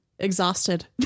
Exhausted